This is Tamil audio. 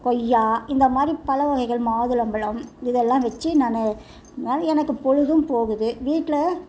கொய்யா இந்த மாதிரி பழ வகைகள் மாதுளம்பழம் இதெல்லாம் வச்சி நான் இதனால எனக்கு பொழுதும்போகுது வீட்டில்